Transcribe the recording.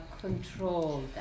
control